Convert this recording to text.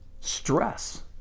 stress